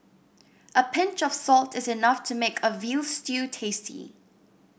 a pinch of salt is enough to make a veal stew tasty